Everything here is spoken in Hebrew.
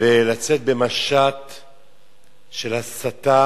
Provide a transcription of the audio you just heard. ולצאת במשט של הסתה